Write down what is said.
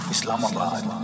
Islamabad